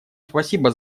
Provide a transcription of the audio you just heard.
спасибо